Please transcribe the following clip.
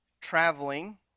traveling